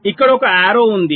ఇక్కడ ఒక బాణం ఉంది